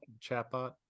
chatbot